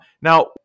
now